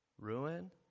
ruin